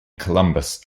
columbus